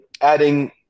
adding